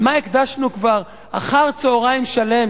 למה הקדשנו כבר אחר-צהריים שלם,